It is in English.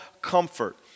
comfort